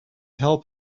help